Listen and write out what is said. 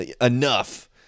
enough